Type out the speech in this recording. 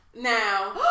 Now